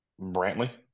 Brantley